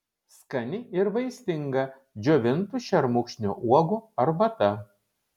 skani ir vaistinga džiovintų šermukšnio uogų arbata